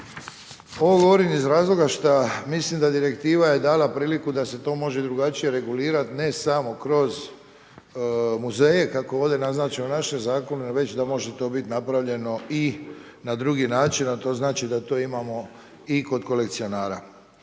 Ovo govorim iz razloga što mislim da direktiva je dala priliku da se to može i drugačije regulirati, ne samo kroz muzeje kako je ovdje naznačeno u našem zakonu, već da može to biti napravljeno i na drugi način, a to znači da to imamo i kod kolekcionara.